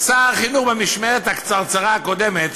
שר החינוך במשמרת הקצרצרה הקודמת,